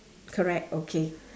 correct okay